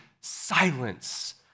silence